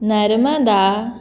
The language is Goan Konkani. नर्मदा